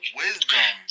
wisdom